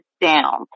down